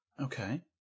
Okay